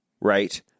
right